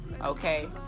Okay